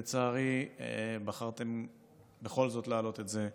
לצערי, בחרתם בכל זאת להעלות את זה היום.